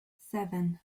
seven